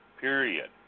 period